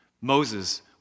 Moses